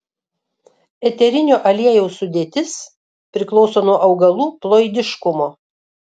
eterinio aliejaus sudėtis priklauso nuo augalų ploidiškumo